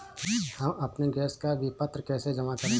हम अपने गैस का विपत्र कैसे जमा करें?